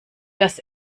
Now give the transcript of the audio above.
dass